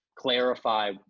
clarify